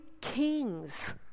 kings